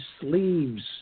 sleeves